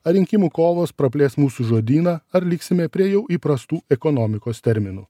ar rinkimų kovos praplės mūsų žodyną ar liksime prie jau įprastų ekonomikos terminų